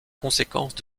conséquences